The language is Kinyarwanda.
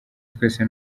twese